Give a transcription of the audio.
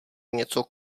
něco